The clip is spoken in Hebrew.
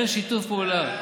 אין שיתוף פעולה.